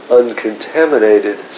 uncontaminated